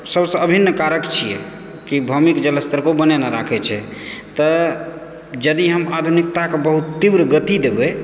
सबसँ अभिन्न कारक छियै कि भौमिक जल स्तर कऽ ओ बनेने राखै छै तऽ यदि हम आधुनिकता कऽ बहुत तीव्र गति देबै